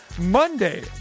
Monday